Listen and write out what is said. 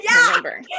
remember